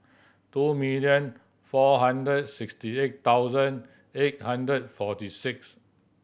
two million four hundred sixty eight thousand eight hundred forty six